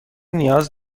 نیاز